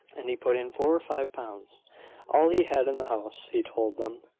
and he put in four or five pounds all he had in the house, he told them.